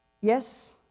yes